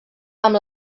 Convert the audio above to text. amb